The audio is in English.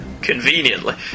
conveniently